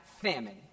famine